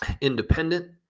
independent